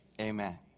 Amen